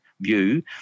view